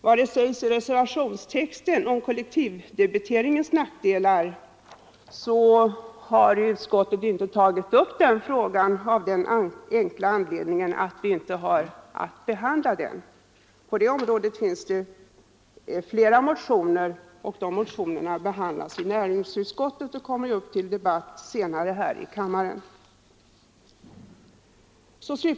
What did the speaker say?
Det som sägs i reservationstexten om kollektivdebiteringens nackdelar har utskottet inte tagit upp, av den enkla anledningen att utskottet inte har att behandla det. På det området finns det flera motioner, och de motionerna behandlas av näringsutskottet och kommer senare upp till debatt här i kammaren.